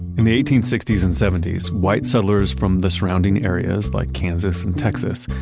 in the eighteen sixty s and seventy s, white settlers from the surrounding areas like kansas and texas,